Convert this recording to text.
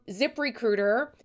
ZipRecruiter